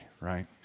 right